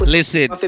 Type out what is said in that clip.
Listen